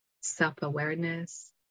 self-awareness